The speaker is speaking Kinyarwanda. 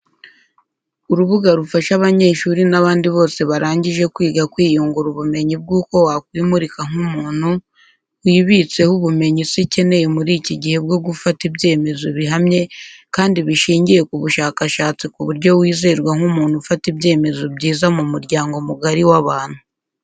Urubuga rufasha abanyeshuri n'abandi bose barangije kwiga kwiyungura ubumenyi bw'uko wakwimurika nk'umuntu, wibitseho ubumenyi isi ikeneye muri iki gihe bwo gufata ibyemezo bihamye kandi bishingiye ku bushakashatsi ku buryo wizerwa nk'umuntu ufata ibyemezo byiza mu muryango mugari w'abantu.